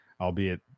albeit